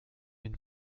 une